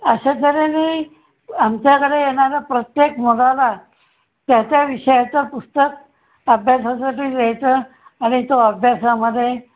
अशा तऱ्हेने आमच्याकडे येणारा प्रत्येक मुलाला त्याच्या विषयाचं पुस्तक अभ्यासासाठी द्यायचं आणि तो अभ्यासामध्ये